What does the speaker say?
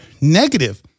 negative